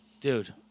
Dude